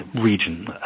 region